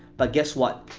but guess what?